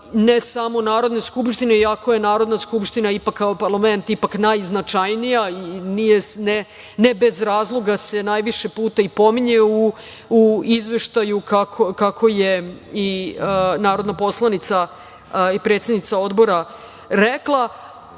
ne samo Narodne skupštine, iako je Narodna skupština ipak kao parlament najznačajnija i ne bez razloga se najviše puta i pominje u izveštaju kako je i narodna poslanica i predsednica Odbora rekla,